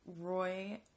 Roy